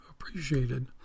appreciated